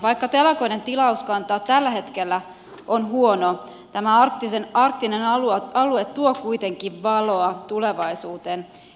vaikka telakoiden tilauskanta tällä hetkellä on huono tämä arktinen alue tuo kuitenkin valoa tulevaisuuteen